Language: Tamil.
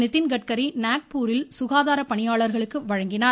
நிதின்கட்கரி நாக்பூரில் சுகாதாரப் பணியாளர்களுக்கு வழங்கினார்